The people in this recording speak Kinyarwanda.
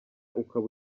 ukaba